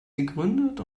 gegründet